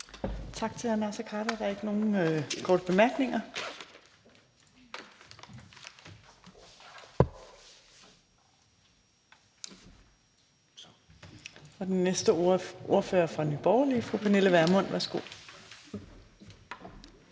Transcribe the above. Tak til hr. Naser Khader. Der er ikke nogen korte bemærkninger. Den næste ordfører er fra Nye Borgerlige. Fru Pernille Vermund, værsgo.